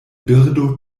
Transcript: birdo